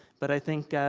but i think